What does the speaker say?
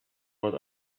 what